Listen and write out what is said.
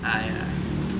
!aiya!